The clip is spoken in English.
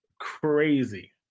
crazy